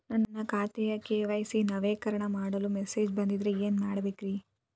ನನ್ನ ಖಾತೆಯ ಕೆ.ವೈ.ಸಿ ನವೇಕರಣ ಮಾಡಲು ಮೆಸೇಜ್ ಬಂದದ್ರಿ ಏನ್ ಮಾಡ್ಬೇಕ್ರಿ?